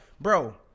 bro